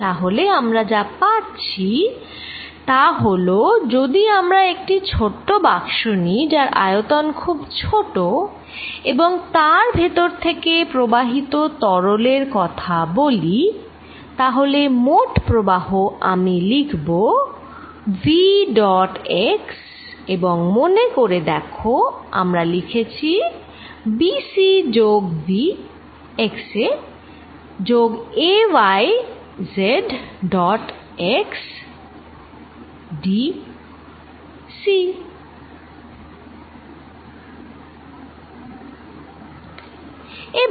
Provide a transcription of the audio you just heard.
তাহলে আমরা যা পাচ্ছি তা হলো যদি আমরা একটি ছোট্ট বাক্স নিই যার আয়তন খুব ছোট এবং তার ভেতর থেকে প্রবাহিত তরলের কথা বলি তাহলে মোট প্রবাহ আমি লিখব v ডট x এবং মনে করে দেখো আমরা লিখেছি b c যোগ v x এ যোগ a y z dot x d c